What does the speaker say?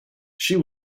she